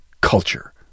culture